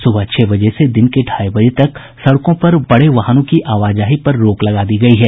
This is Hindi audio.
सुबह छह बजे से दिन के ढाई बजे तक सड़कों पर बड़े वाहनों की आवाजाही पर रोक लगा दी गयी है